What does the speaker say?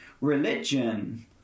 religion